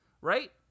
right